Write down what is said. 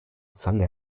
zange